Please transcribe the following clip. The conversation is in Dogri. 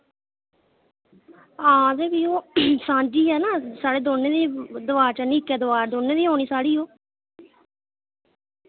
हां ते फ्ही ओ सांझी ऐ ना साढ़े दौनें दी दवार चढ़नी इक्कै दवार दौने दी होनी साढ़ी ओ